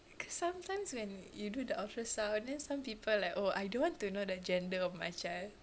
cause sometimes when you do the ultrasound then some people like oh I don't want to know the gender of my child